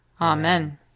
Amen